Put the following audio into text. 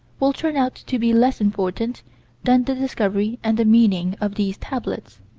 will turn out to be less important than the discovery and the meaning of these tablets